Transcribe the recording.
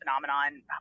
phenomenon